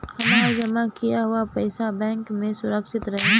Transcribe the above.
हमार जमा किया हुआ पईसा बैंक में सुरक्षित रहीं?